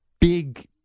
big